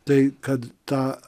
tai kad ta